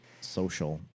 Social